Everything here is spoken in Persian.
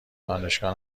دانشگاه